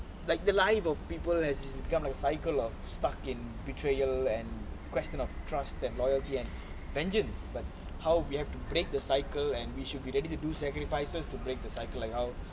like the live of people as governor cycle of stuck in betrayal and question of trust and loyalty and vengeance but how we have to break the cycle and we should be ready to do sacrifices to break the cycle like how